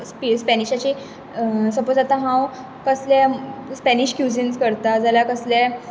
स्पि स्पेनिशाचे सपोज आता हांव कसले स्पेनिश क्यूजिन्स करता जाल्यार कसलें